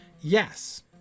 Yes